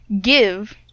give